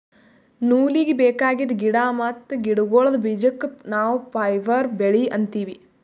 ನೂಲೀಗಿ ಬೇಕಾದ್ ಗಿಡಾ ಮತ್ತ್ ಗಿಡಗೋಳ್ದ ಬೀಜಕ್ಕ ನಾವ್ ಫೈಬರ್ ಬೆಳಿ ಅಂತೀವಿ